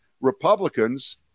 Republicans